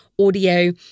audio